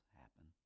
happen